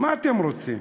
מה אתם רוצים?